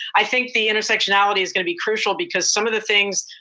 i think the intersectionality is going to be crucial because some of the things,